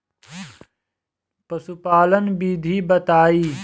पशुपालन विधि बताई?